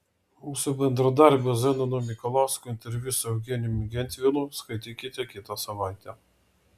mūsų bendradarbio zenono mikalausko interviu su eugenijumi gentvilu skaitykite kitą savaitę